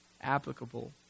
applicable